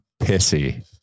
pissy